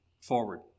forward